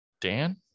Dan